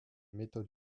méthodes